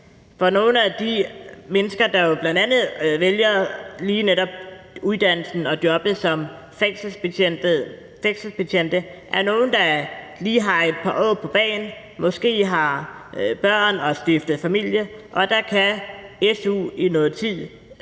For nogle af de mennesker, der bl.a. vælger lige netop uddannelsen og jobbet som fængselsbetjente, er jo nogle, der lige har et par år på bagen, og som måske har børn og har stiftet familie, og der kan su i noget tid gøre